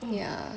ugh